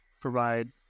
provide